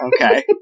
Okay